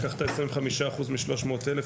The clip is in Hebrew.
לקחת 25% מ-300,000,